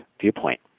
viewpoint